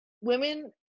women